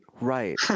right